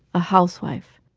a housewife.